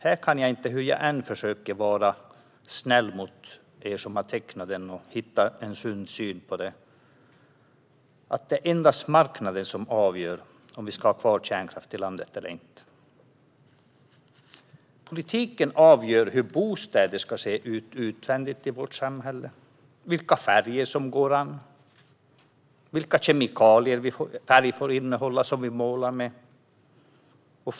Jag kan inte, hur jag än försöker att vara snäll mot er som har tecknat denna överenskommelse, hitta en sund syn i att det endast ska vara marknaden som avgör om vi ska ha kvar kärnkraften i landet eller inte. Politiken avgör hur bostäder ska se ut utvändigt i vårt samhälle, vilka färger som går an och vilka kemikalier den färg som vi målar med får innehålla.